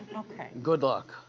okay. good luck.